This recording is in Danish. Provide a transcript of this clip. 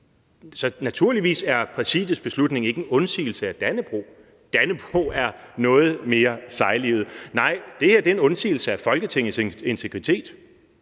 i. Naturligvis er Præsidiets beslutning ikke udtryk for en undsigelse af Dannebrog. Dannebrog er noget mere sejlivet. Nej, det her er en undsigelse af Folketingets integritet,